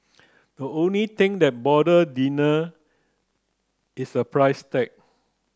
the only thing that bother diner is the price tag